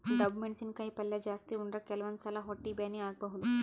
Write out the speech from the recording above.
ಡಬ್ಬು ಮೆಣಸಿನಕಾಯಿ ಪಲ್ಯ ಜಾಸ್ತಿ ಉಂಡ್ರ ಕೆಲವಂದ್ ಸಲಾ ಹೊಟ್ಟಿ ಬ್ಯಾನಿ ಆಗಬಹುದ್